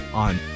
on